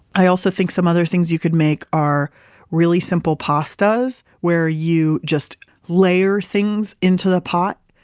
i also think some other things you could make are really simple pastas where you just layer things into the pot.